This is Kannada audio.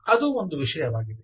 ಅದು ಒಂದು ವಿಷಯವಾಗಿದೆ